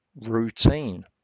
routine